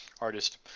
artist